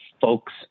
folks